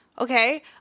okay